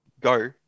go